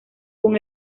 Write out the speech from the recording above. con